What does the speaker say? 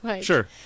sure